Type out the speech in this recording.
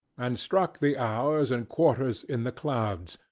and struck the hours and quarters in the clouds,